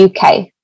UK